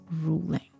ruling